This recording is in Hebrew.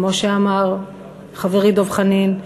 כמו שאמר חברי דב חנין,